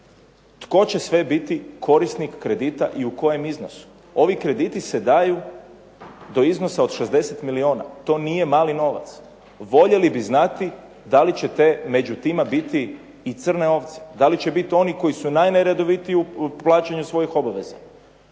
tko će sve biti korisnik kredita i u kojem iznosu. Ovi krediti se daju do iznosa od 60 milijuna. To nije mali novac. Voljeli bi znati da li će među tima biti i crne ovce, da li će biti oni koji su najneredovitiji u plaćanju svojih obveza.